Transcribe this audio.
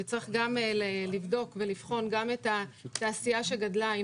וצריך גם לבדוק ולבחון את התעשייה שגדלה,